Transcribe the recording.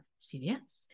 CVS